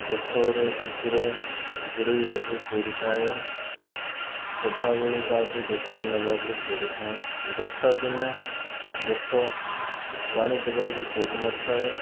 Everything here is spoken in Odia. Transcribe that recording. ଗଛର ଉପରେ ଘୋଡ଼ାଇବାକୁ ପଡ଼ିଥାଏ ସଦାବେଳେ ତାହାକୁ ଯତ୍ନ ନେବାକୁ ପଡ଼ିଥାଏ ବର୍ଷା ଦିନେ ଗଛ ପାଣି ଦେବାକୁ ପଡ଼ିନଥାଏ